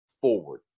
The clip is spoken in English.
forward